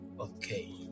Okay